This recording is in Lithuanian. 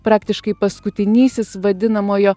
praktiškai paskutinysis vadinamojo